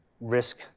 risk